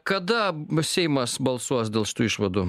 kada seimas balsuos dėl šitų išvadų